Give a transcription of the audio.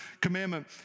commandment